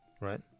Right